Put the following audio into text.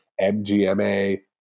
MGMA